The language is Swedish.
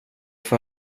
för